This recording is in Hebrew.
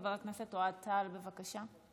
חבר הכנסת אוהד טל, בבקשה.